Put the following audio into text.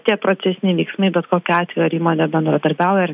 tie procesiniai veiksmai bet kokiu atveju ar įmonė bendradarbiauja ar